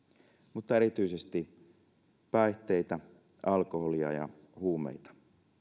mutta erityisesti päihteitä alkoholia ja huumeita